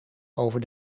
over